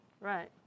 Right